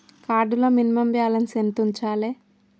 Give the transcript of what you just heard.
Card లో minimum balance ఎంత ఉంచాలే?